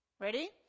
Ready